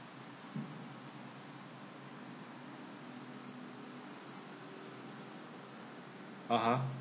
ah ha